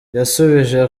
yasubije